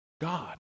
God